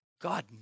God